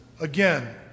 again